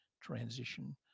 transition